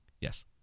Yes